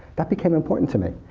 that became important to me.